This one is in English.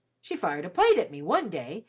she fired a plate at me one day,